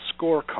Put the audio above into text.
scorecard